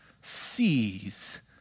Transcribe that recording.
sees